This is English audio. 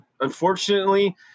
unfortunately